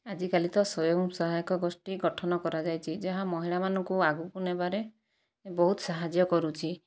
ଆଜିକାଲି ତ ସ୍ଵୟଂସହାୟକ ଗୋଷ୍ଠୀ ଗଠନ କରାଯାଇଛି ଯାହା ମହିଳାମାନଙ୍କୁ ଆଗକୁ ନେବାରେ ବହୁତ ସାହାଯ୍ୟ କରୁଛି